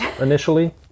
initially